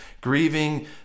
grieving